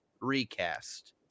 Recast